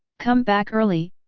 come back early,